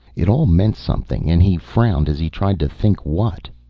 it all meant something, and he frowned as he tried to think what.